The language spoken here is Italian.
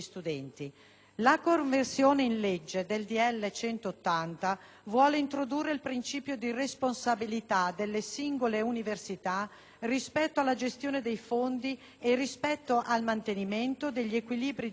La conversione in legge del decreto-legge n. 180 vuole introdurre il principio di responsabilità delle singole università rispetto alla gestione dei fondi e rispetto al mantenimento degli equilibri di bilancio